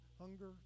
hunger